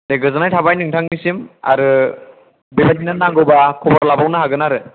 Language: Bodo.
दे गोजोन्नाय थाबाय नोंथांनिसिम आरो बेबायदिनो नांगौबा खबर लाबावनो हागोन आरो